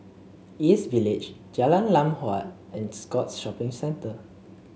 East Village Jalan Lam Huat and Scotts Shopping Centre